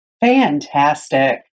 Fantastic